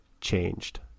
changed